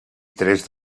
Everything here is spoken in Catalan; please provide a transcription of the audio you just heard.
tres